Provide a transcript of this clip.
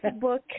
book